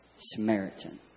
Samaritan